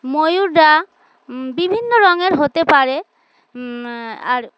ময়ূররা বিভিন্ন রঙের হতে পারে আর